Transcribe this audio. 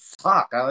fuck